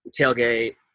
tailgate